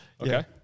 Okay